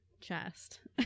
chest